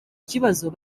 kibazo